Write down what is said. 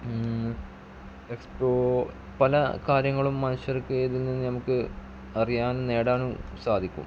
expo പല കാര്യങ്ങളും മനുഷ്യർക്ക് ഇതിൽ നിന്ന് ഞമ്മക്ക് അറിയാനും നേടാനും സാധിക്കും